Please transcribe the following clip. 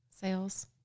sales